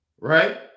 Right